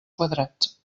quadrats